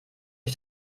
die